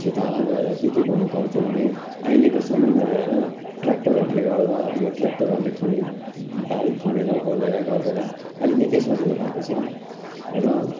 खेताला गएर के के गर्नु पर्थ्यो भने अहिलेको समयमा आएर ट्य्राक्टरहरूले गर्दा यो ट्य्राक्टरहरूले खनिदिनु बारी खनेर अरेर गरिदिएर अहिले निकै सजिलो भएको छ र